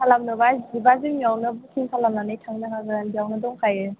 खालामनोबा जिपआ जोंनियावनो बुकिं खालामनानै थांनो हागोन बेयावनो दंखायो